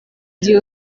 gihe